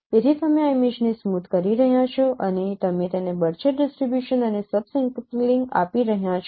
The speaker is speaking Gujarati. તેથી તમે આ ઇમેજને સ્મૂધ કરી રહ્યાં છો અને તમે તેને બરછટ ડિસ્ટ્રિબ્યુશન અને સબ સેમ્પલિંગ આપી રહ્યાં છો